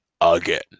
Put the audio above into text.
again